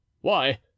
Why